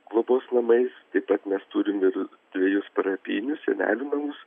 globos namais tad mes turim ir dvejus parapijinius senelių namus